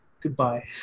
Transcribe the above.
Goodbye